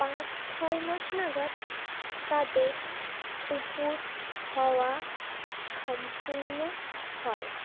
পাঁচ ছয় মাস নাগাদ তাদের উপর হওয়া সম্পূর্ণ হয়